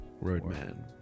roadman